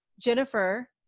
Jennifer